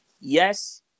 yes